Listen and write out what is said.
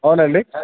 అవునండి